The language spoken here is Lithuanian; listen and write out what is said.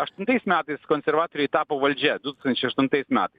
aštuntais metais konservatoriai tapo valdžia du tūkstančiai aštuntais metais